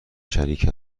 شریک